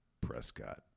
Prescott